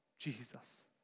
Jesus